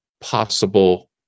Possible